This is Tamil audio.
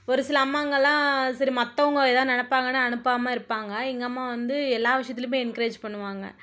ஒரு சில அம்மாங்கள்லாம் சரி மற்றவுங்க ஏதாவது நினப்பாங்கன்னு அனுப்பாம இருப்பாங்க எங்கள் அம்மா வந்து எல்லா விஷயத்துலையுமே என்கரேஜ் பண்ணுவாங்க